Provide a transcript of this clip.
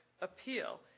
appeal